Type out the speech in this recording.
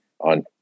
on